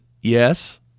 yes